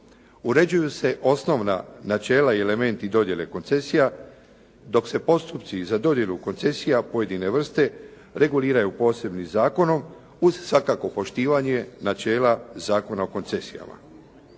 Uređuju se osnovna načela i elementi dodjele koncesija dok se postupci za dodjelu koncesija pojedine vrste reguliraju posebnim zakonom uz svakako poštivanje načela Zakona o koncesijama.